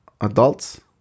adults